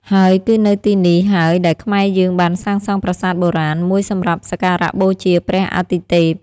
ហើយគឺនៅទីនេះហើយដែលខ្មែរយើងបានសាងសង់ប្រាសាទបូរាណ មួយសម្រាប់សក្ការៈបូជាព្រះអទិទេព។